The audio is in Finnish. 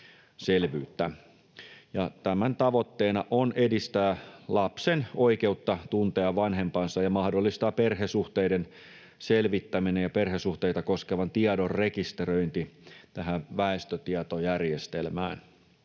Tämän tavoitteena on edistää lapsen oikeutta tuntea vanhempansa ja mahdollistaa perhesuhteiden selvittäminen ja perhesuhteita koskevan tiedon rekisteröinti väestötietojärjestelmään.